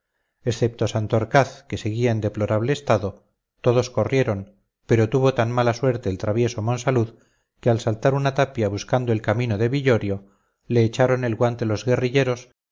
excepto santorcaz que seguía en deplorable estado todos corrieron pero tuvo tan mala suerte el travieso monsalud que al saltar una tapia buscando el camino de villorio le echaron el guante los guerrilleros